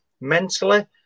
mentally